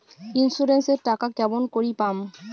Insurance এর টাকা কেমন করি পাম?